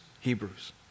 Hebrews